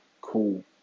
cool